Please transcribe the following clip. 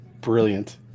Brilliant